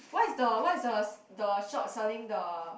what is the what is the the shop selling the